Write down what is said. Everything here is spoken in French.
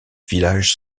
village